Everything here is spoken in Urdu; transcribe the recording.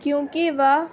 کیونکہ وہ